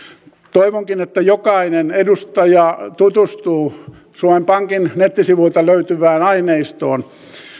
toivonkin että jokainen edustaja tutustuu suomen pankin nettisivuilta löytyvään aineistoon